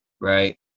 right